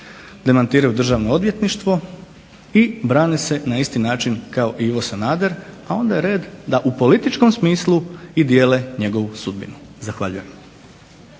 Demantiraju Državno odvjetništvo i brane se na isti način kao Ivo Sanader, pa onda je red da u političkom smislu dijele njegovu sudbinu. Zahvaljujem.